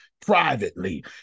privately